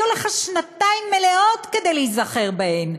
היו לך שנתיים מלאות כדי להיזכר בהם.